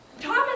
Thomas